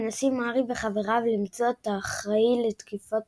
מנסים הארי וחבריו למצוא את האחראי לתקיפות